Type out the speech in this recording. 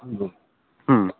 नोंगौ